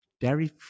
dairy